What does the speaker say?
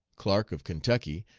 clark, of kentucky,